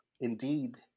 indeed